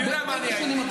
אני יודע מה אני אגיד.